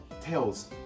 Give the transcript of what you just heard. Tails